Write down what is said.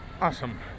Awesome